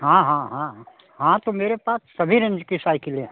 हाँ हाँ हाँ हाँ तो मेरे पास सभी रेंज की साइकिलें हैं